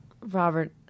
Robert